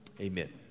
Amen